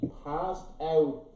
passed-out